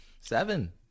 Seven